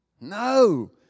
No